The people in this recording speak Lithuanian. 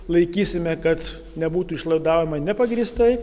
laikysime kad nebūtų išlaidaujama nepagrįstai